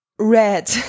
Red